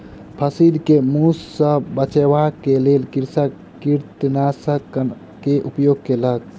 फसिल के मूस सॅ बचाबअ के लेल कृषक कृंतकनाशक के उपयोग केलक